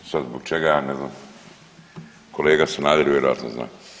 Sad zbog čega ja ne znam, kolega Sanader vjerojatno zna.